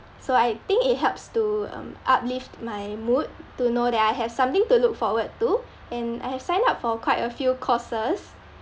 so I think it helps to um uplift my mood to know that I have something to look forward to and I have signed up for quite a few courses